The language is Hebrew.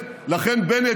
בנט,